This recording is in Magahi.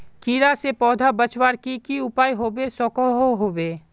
कीड़ा से पौधा बचवार की की उपाय होबे सकोहो होबे?